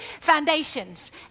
foundations